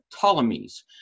ptolemies